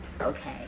Okay